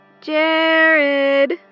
Jared